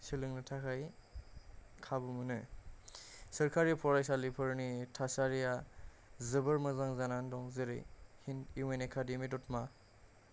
सोलोंनो थाखाय खाबु मोनो सोरखारि फरायसालिफोरनि थासारिया जोबोर मोजां जानानै दं जेरै इउ एन एकाडेमि दतमा